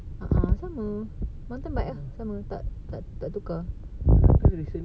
ah ah sama mountain bike ah sama tak tak tak tukar